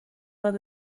was